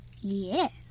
Yes